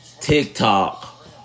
TikTok